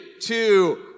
two